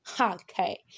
okay